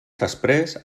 després